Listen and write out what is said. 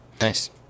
nice